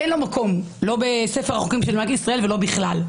זו גם האמרה שלכם עם תקנות יו"ש, נכון?